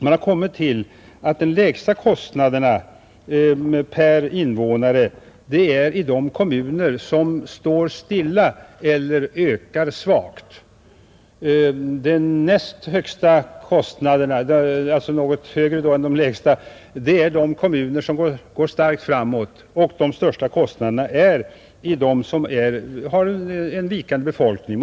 Man har kommit till att de lägsta kostnaderna per invånare har kommuner som står stilla eller ökar svagt. De näst högsta kostnaderna visar de kommuner som går starkt framåt. De största kostnaderna har kommuner med vikande befolkningsunderlag.